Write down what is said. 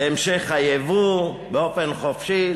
בהמשך הייבוא באופן חופשי.